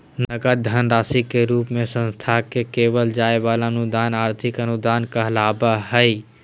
नगद धन राशि के रूप मे संस्था के देवल जाय वला अनुदान आर्थिक अनुदान कहलावय हय